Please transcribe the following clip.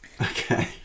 Okay